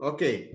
Okay